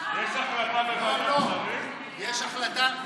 יש החלטה,